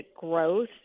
growth